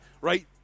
right